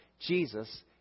Jesus